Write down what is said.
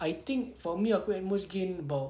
I think for me aku at most gain about